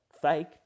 fake